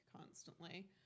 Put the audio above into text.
constantly